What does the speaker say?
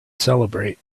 celebrate